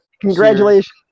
congratulations